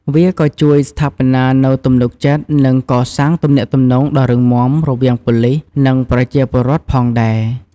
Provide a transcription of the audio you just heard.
វាក៏ជួយស្ថាបនានូវទំនុកចិត្ត និងកសាងទំនាក់ទំនងដ៏រឹងមាំរវាងប៉ូលីស និងប្រជាពលរដ្ឋផងដែរ។